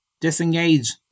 Disengage